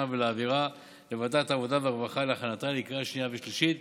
ולהעבירה לוועדת העבודה והרווחה להכנתה לקריאה שנייה ושלישית.